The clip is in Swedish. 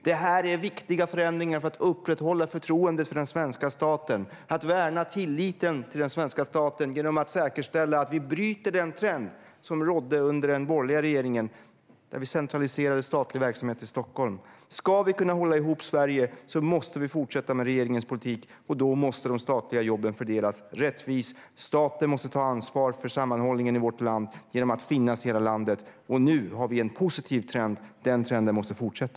Det är viktiga förändringar för att upprätthålla förtroendet för den svenska staten och värna tilliten till den svenska staten genom att säkerställa att vi bryter den trend som rådde under den borgerliga regeringen, när statlig verksamhet centraliserades till Stockholm. Ska vi kunna hålla ihop Sverige måste vi fortsätta med regeringens politik, och då måste de statliga jobben fördelas rättvist. Staten måste ta ansvar för sammanhållningen i vårt land genom att finnas i hela landet, och nu har vi en positiv trend. Den trenden måste fortsätta.